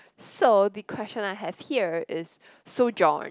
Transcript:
so the question I have here is so John